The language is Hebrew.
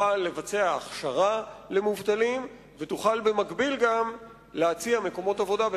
שתוכל לבצע הכשרה למובטלים ותוכל במקביל גם להציע מקומות עבודה.